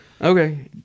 Okay